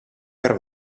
per